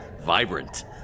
vibrant